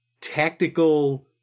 tactical